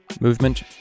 movement